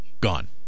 gone